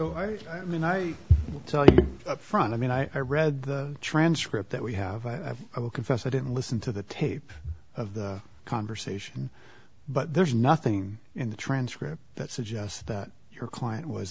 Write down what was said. so i mean i saw the front i mean i read the transcript that we have i will confess i didn't listen to the tape of the conversation but there's nothing in the transcript that suggests that your client was